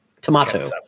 Tomato